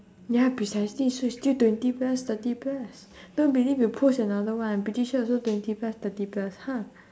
ya precisely so it's still twenty plus thirty plus don't believe you post another one I'm pretty sure also twenty plus thirty plus ha